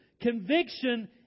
Conviction